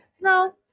No